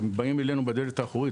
באים אלינו בדלת האחורית.